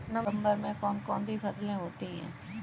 नवंबर में कौन कौन सी फसलें होती हैं?